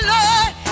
Lord